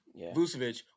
Vucevic